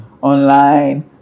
online